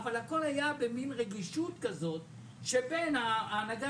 אבל הכול היה במין רגישות שבין ההנהגה